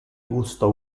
gusto